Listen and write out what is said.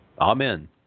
Amen